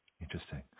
Interesting